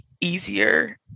easier